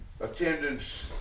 attendance